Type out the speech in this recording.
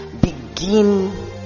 Begin